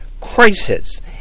crisis